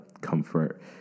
comfort